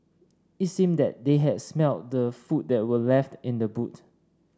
it seemed that they had smelt the food that were left in the boot